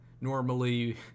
normally